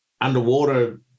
underwater